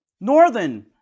Northern